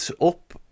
up